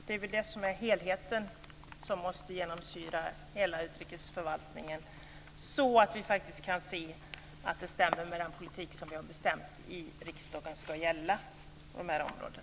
Det är väl det som är helheten som måste genomsyra hela utrikesförvaltningen, så att vi faktiskt kan se att det stämmer med den politik som vi har bestämt i riksdagen ska gälla på de här områdena.